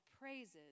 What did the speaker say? praises